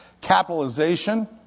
capitalization